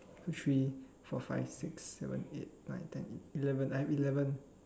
three four five six seven eight nine ten eleven I'm eleven